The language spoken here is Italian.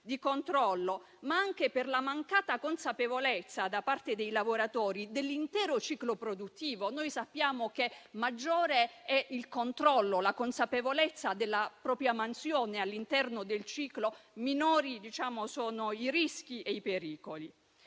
dell'accettabile, ma anche per la mancata consapevolezza da parte dei lavoratori dell'intero ciclo produttivo. Sappiamo che maggiore è il controllo, ossia la consapevolezza della propria mansione all'interno del ciclo, e minori sono i rischi e i pericoli.